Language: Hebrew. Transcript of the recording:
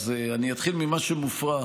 אתחיל ממה שמופרך.